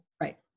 Right